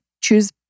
choose